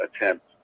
attempt